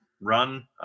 run